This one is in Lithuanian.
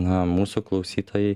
na mūsų klausytojai